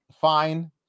fine